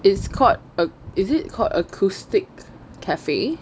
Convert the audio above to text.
it's called err is it called acoustic cafe